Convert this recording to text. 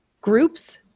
groups